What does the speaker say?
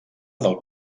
del